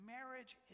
Marriage